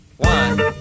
One